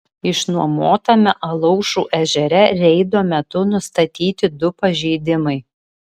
išnuomotame alaušų ežere reido metu nustatyti du pažeidimai